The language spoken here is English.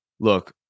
Look